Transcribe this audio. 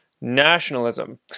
nationalism